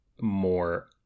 more